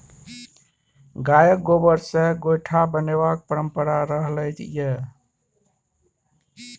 गायक गोबर सँ गोयठा बनेबाक परंपरा रहलै यै